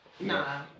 Nah